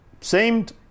seemed